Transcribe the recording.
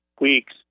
weeks